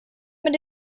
mit